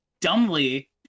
dumbly